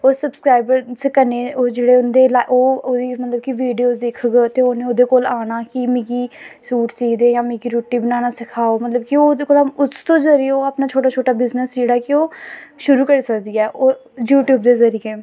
ओह् सब्सक्राईवर कन्नै ओह् जेह्ड़े उंदे ओह् ओह्दी मतलब कि वीडियोस दिखङन ते उ'नें ओह्दे कोल आना कि मिगी सूट सी दे जां मिगी रुट्टी बनाना सखाओ मतलब कि ओह् ओह्दे कोला उसदे जरिए ओह् अपना छोटा छोटा बिज़नस जेह्ड़ा ऐ कि ओह् शुरू करी सकदी ऐ ओह् यूट्यूब दे जरिए